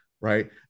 Right